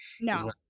no